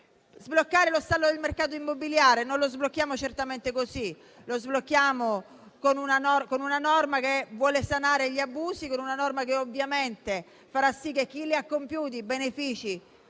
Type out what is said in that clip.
Sbloccare lo stallo del mercato immobiliare? Non lo sblocchiamo certamente così. Lo sblocchiamo con una norma che vuole sanare gli abusi, una norma che ovviamente farà sì che chi li ha compiuti benefici